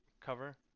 cover